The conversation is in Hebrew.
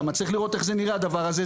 צריך לראות איך נראה הדבר הזה,